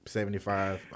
Seventy-five